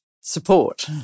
support